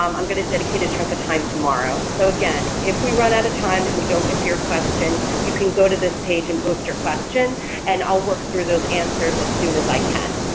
um i'm going to dedicate a chunk of time tomorrow. so again, if we run out of time and we don't get to your question, you can go to this page and post your question and i'll work through those answers as soon as i can.